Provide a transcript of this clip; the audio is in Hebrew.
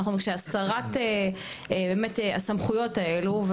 כשהסרת באמת הסמכויות האלה,